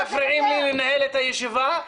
מפריעים לי לנהל את הישיבה,